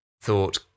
thought